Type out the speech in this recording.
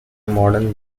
modern